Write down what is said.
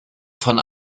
von